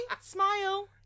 smile